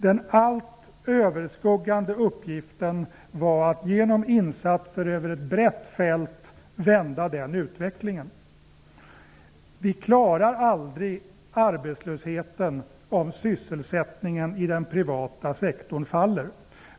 Den allt överskuggande uppgiften var att vända den utvecklingen genom insatser över ett brett fält. Vi klarar aldrig arbetslösheten om sysselsättningen i den privata sektorn faller.